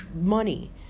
money